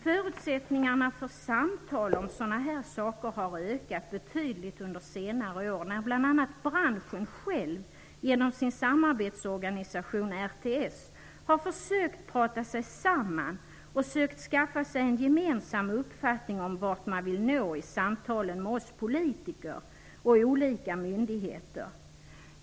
Förutsättningarna för samtal om sådana här saker har ökat betydligt under senare år. Bl.a. har branschen själv genom sin samarbetsorganisation RTS försökt prata sig samman och skaffa sig en gemensam uppfattning om vart man vill nå i samtalen med oss politiker och olika myndigheter.